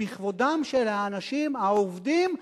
בכבודם של האנשים העובדים,